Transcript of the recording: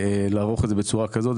לערוך את זה בצורה כזאת,